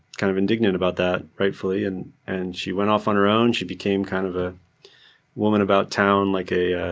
kind of indignant about that, rightfully. and and she went off on her own, she became kind of a woman about town, like a